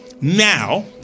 Now